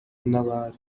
nabari